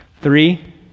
Three